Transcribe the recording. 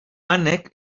anek